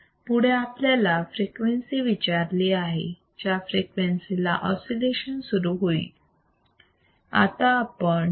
पुढे आपल्याला फ्रिक्वेन्सी विचारली आहे ज्या फ्रिक्वेन्सी ला ऑसिलेशन सुरू होईल